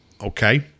Okay